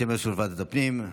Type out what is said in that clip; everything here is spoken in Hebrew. בשם יושב-ראש ועדת הפנים.